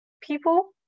people